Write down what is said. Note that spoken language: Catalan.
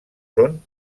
són